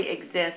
exist